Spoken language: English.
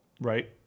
right